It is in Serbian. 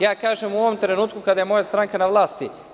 Ja kažem u ovom trenutku kada je moja stranka na vlasti.